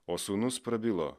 o sūnus prabilo